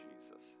Jesus